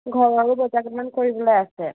ঘৰ আৰু বজাৰ কেইটামান কৰিবলৈ আছে